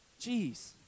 Jeez